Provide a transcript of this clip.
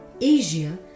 Asia